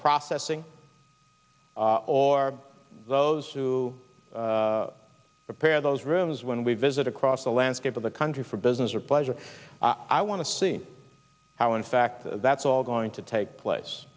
processing or those to repair those rooms when we visit across the landscape of the country for business or pleasure i want to see how in fact that's all going to take place